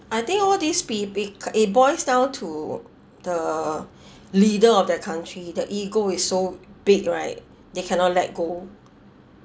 I think all these be~ beca~ it boils down to the leader of the country their ego is so big right they cannot let go